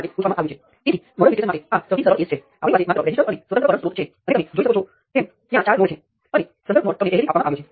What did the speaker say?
ફરીથી મેં પહેલા હતી તે જ સર્કિટ લીધી છે અને અગાઉ મેં તમને બતાવ્યું હતું કે વિશ્લેષણ કેવી રીતે કરવું અને મારી પાસે આ શાખામાં એક સ્વતંત્ર કરંટ સ્ત્રોત છે